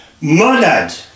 murdered